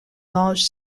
large